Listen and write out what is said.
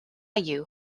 you